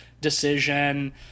decision